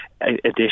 additional